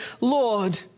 Lord